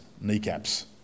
kneecaps